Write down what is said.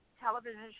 television